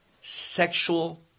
sexual